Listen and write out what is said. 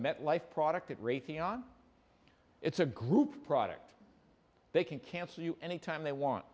met life product at raytheon it's a group product they can cancel you anytime they want